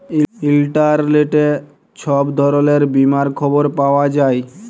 ইলটারলেটে ছব ধরলের বীমার খবর পাউয়া যায়